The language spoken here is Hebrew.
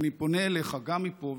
ואני פונה אליך גם מפה,